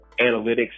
analytics